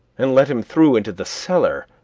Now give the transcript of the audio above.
and let him through into the cellar,